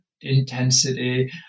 intensity